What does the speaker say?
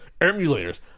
Emulators